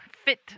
fit